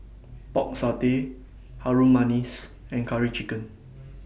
Pork Satay Harum Manis and Curry Chicken